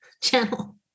channel